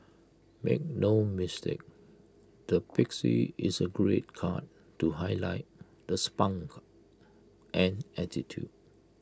make no mistake the pixie is A great cut to highlight the spunk and attitude